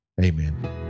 amen